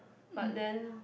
but then